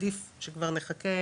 עדיף שכבר נחכה